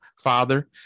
Father